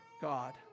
god